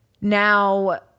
Now